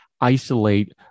isolate